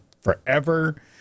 forever